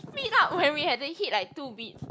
spilt up when we have to hit like two beats